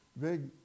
big